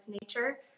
nature